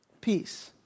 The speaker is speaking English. Peace